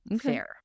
Fair